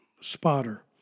spotter